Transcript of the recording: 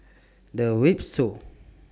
The Windsor